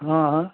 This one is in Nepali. अँ